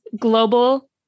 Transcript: global